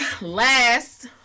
last